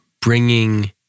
bringing